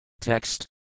Text